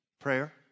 Prayer